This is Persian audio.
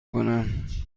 کنم